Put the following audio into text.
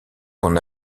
qu’on